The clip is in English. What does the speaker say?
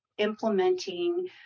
implementing